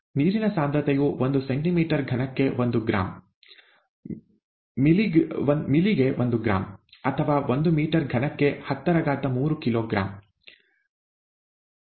ನೀರಿನ ಸಾಂದ್ರತೆಯು ಒಂದು ಸೆಂಟಿಮೀಟರ್ ಘನಕ್ಕೆ ಒಂದು ಗ್ರಾಂ ಮಿಲಿಗೆ ಒಂದು ಗ್ರಾಂ ಅಥವಾ ಒಂದು ಮೀಟರ್ ಘನಕ್ಕೆ 103 ಕಿಲೋಗ್ರಾಂ ಎಂದು ನಿಮಗೆ ತಿಳಿದಿದೆ